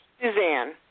Suzanne